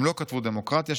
הם לא כתבו 'דמוקרטיה',